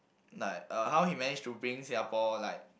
like uh how he managed to bring Singapore like